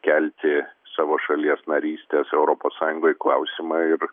kelti savo šalies narystės europos sąjungoj klausimą ir